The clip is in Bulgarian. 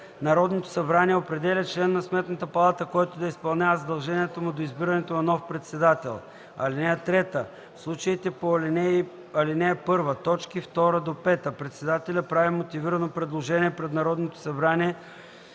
Народното събрание определя член на Сметната палата, който да изпълнява задълженията му до избирането на нов председател. (3) В случаите по ал. 1, т. 2 - 5 председателят прави мотивирано предложение пред Народното събрание